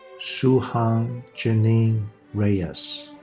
shuhan um jannine reyes.